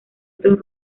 otros